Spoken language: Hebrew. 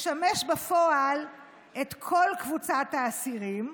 משמש בפועל את כל קבוצת האסירים,